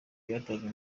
byatanzwe